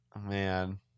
Man